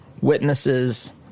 witnesses